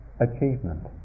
achievement